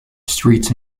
streets